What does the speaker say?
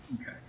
Okay